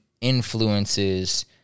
influences